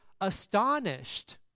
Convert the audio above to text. astonished